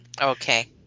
Okay